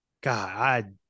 God